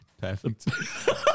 Perfect